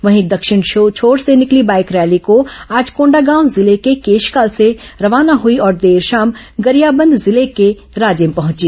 वहीं दक्षिण छोर से निकली बाईक रैली को आज कोंडागांव जिले के केशकाल से रवाना हुई और देर शाम गरियाबंद जिले के राजिम पहुंची